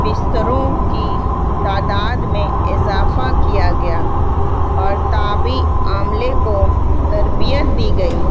بستروں کی تعداد میں اضافہ کیا گیا اور طبی عملے کو تربیت دی گئی